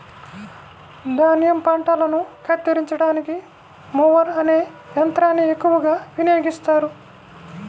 ధాన్యం పంటలను కత్తిరించడానికి మొవర్ అనే యంత్రాన్ని ఎక్కువగా వినియోగిస్తారు